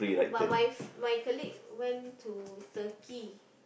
but my my colleague went to Turkey